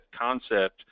concept